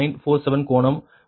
47 கோணம் 175